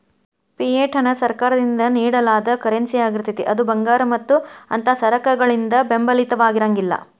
fiat ಹಣ ಸರ್ಕಾರದಿಂದ ನೇಡಲಾದ ಕರೆನ್ಸಿಯಾಗಿರ್ತೇತಿ ಅದು ಭಂಗಾರ ಮತ್ತ ಅಂಥಾ ಸರಕಗಳಿಂದ ಬೆಂಬಲಿತವಾಗಿರಂಗಿಲ್ಲಾ